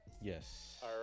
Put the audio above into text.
Yes